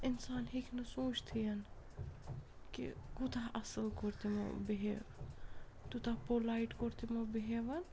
اِنسان ہیٚکہِ نہٕ سوٗنٛچتھٕے یَن کہِ کوٗتاہ اَصٕل کوٚر تِمو بِہیو تیوٗتاہ پولایِٹ کوٚر تِمو بِہیوَن